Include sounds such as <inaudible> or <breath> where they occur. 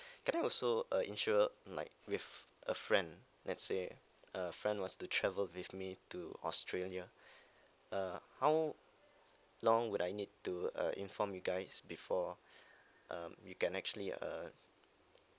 can I also uh insured like with a friend let's say a friend was to travel with me to australia <breath> uh how long would I need to uh inform you guys before <breath> um we can actually uh